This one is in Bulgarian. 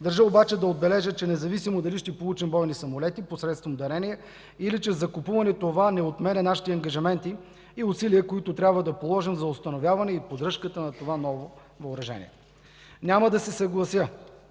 Държа обаче да отбележа, че независимо дали ще получим бойни самолети посредством дарение или чрез закупуване – това не отменя нашите ангажименти и усилия, които трябва да положим за установяването и поддръжката на това ново въоръжение. Няма да се съглася